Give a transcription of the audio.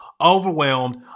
overwhelmed